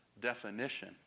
definition